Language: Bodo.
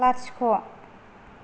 लाथिख'